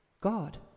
God